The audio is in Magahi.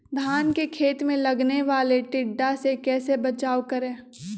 धान के खेत मे लगने वाले टिड्डा से कैसे बचाओ करें?